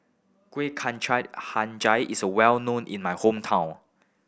Kuih Kacang Hijau is well known in my hometown